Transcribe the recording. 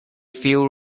few